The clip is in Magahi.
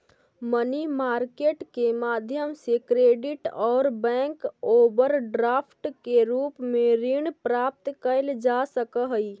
मनी मार्केट के माध्यम से क्रेडिट और बैंक ओवरड्राफ्ट के रूप में ऋण प्राप्त कैल जा सकऽ हई